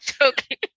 okay